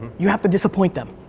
you have to disappoint them.